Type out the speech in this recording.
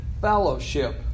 fellowship